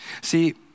See